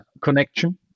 connection